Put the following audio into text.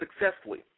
successfully